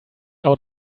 out